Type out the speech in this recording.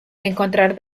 encontrar